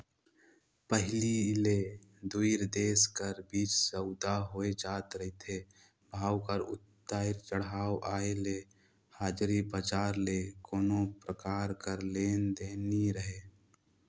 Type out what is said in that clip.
पहिली ले दुई देश कर बीच सउदा होए जाए रिथे, भाव कर उतार चढ़ाव आय ले हाजरी बजार ले कोनो परकार कर लेना देना नी रहें